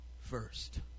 first